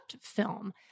film